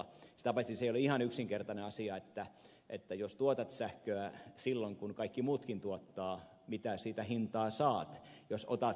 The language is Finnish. sitä paitsi se ei ole ihan yksinkertainen asia mitä hintaa sähköstä saat jos tuotat sitä silloin kun kaikki muutkin tuottaa mitä siitäkin päässä on jos tuottavat